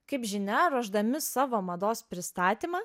kaip žinia ruošdami savo mados pristatymą